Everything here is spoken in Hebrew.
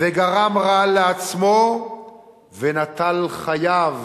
וגרם רעה לעצמו ונטל חייו